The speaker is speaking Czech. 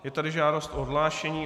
Je tady žádost o odhlášení.